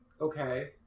Okay